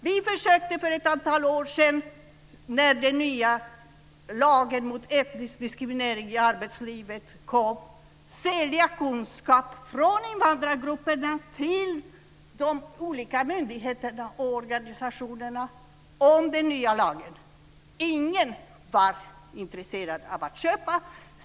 Vi försökte för ett antal år sedan, när den nya lagen mot etnisk diskriminering i arbetslivet kom, sälja kunskap från invandrargrupperna till de olika myndigheterna och organisationerna om den nya lagen. Ingen var intresserad av att köpa.